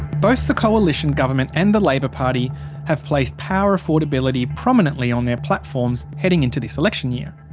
both the coalition government and the labor party have placed power affordability prominently on their platforms heading into this election year.